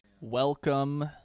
Welcome